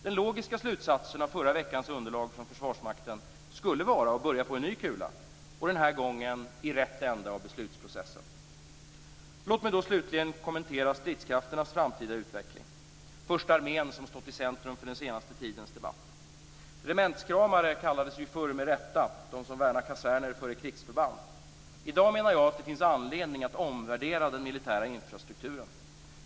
Den logiska slutsatsen av förra veckans underlag från Försvarsmakten skulle vara att börja på ny kula, och den här gången i rätt ände av beslutsprocessen. Låt mig så slutligen kommentera stridskrafternas framtida utveckling, först armén som stått i centrum för den senaste tidens debatt. Regementskramare kallades ju förr med rätta de som värnade kaserner före krigsförband. I dag, menar jag, finns det anledning att omvärdera den militära infrastrukturen.